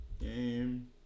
Game